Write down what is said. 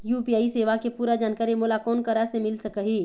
UPI सेवा के पूरा जानकारी मोला कोन करा से मिल सकही?